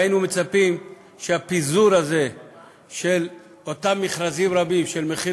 והיינו מצפים שהפיזור של אותם מכרזים רבים של מחיר